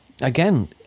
again